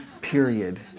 period